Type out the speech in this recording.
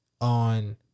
on